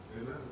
amen